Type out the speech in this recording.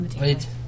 Wait